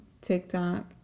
TikTok